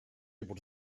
able